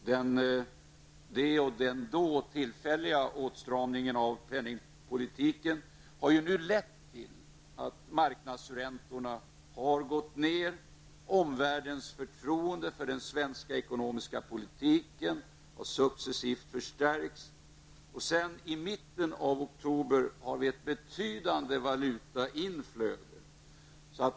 Dessa åtgärder och den tillfälliga åtstramningen av penningpolitiken har nu lett till att marknadsräntorna har gått ned. Omvärldens förtroende för den svenska ekonomiska politiken har successivt förstärkts, och sedan mitten av oktober har vi ett betydande valutainflöde.